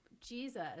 Jesus